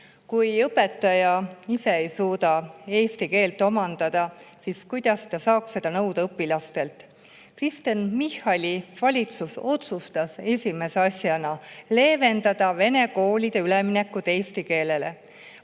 Kui õpetaja ise ei suuda eesti keelt omandada, siis kuidas ta saab seda nõuda õpilastelt? Kristen Michali valitsus otsustas esimese asjana leevendada vene koolide üleminekut eesti keelele,